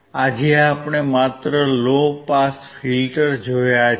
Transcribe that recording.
આજે આપણે માત્ર લો પાસ ફિલ્ટર જોયા છે